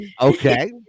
Okay